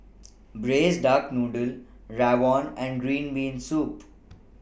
Braised Duck Noodle Rawon and Green Bean Soup